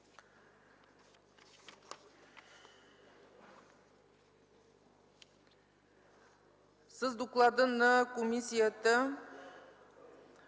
С доклада на Комисията